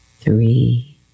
three